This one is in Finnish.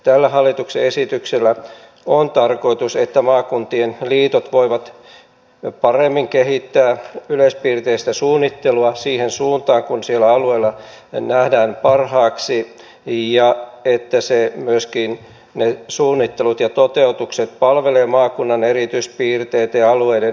tällä hallituksen esityksellä on tarkoitus että maakuntien liitot voivat paremmin kehittää yleispiirteistä suunnittelua siihen suuntaan kuin siellä alueella nähdään parhaaksi ja että myöskin ne suunnittelut ja toteutukset palvelevat maakunnan erityispiirteitä ja alueiden erityisominaisuuksia